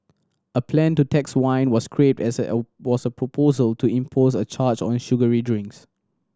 a plan to tax wine was scrapped as was a proposal to impose a charge on sugary drinks